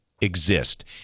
exist